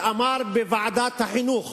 שאמר בוועדת החינוך